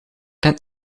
het